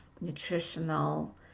nutritional